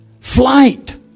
flight